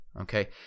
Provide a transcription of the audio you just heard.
Okay